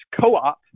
co-op